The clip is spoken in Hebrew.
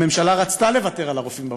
הממשלה רצתה לוותר על הרופאים בפריפריה,